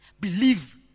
Believe